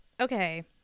okay